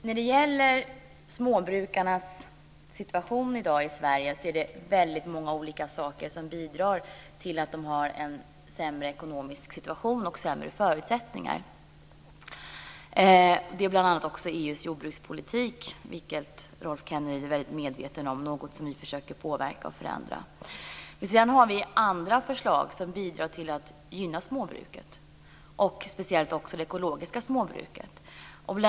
Fru talman! När det gäller småbrukarnas situation i Sverige i dag är det väldigt många olika saker som bidrar till att de har en sämre ekonomisk situation och sämre förutsättningar. Det är bl.a. EU:s jordbrukspolitik, som Rolf Kenneryd är medveten om att vi försöker påverka och förändra. Vi har också andra förslag som bidrar till att gynna småbruket, speciellt det ekologiska småbruket.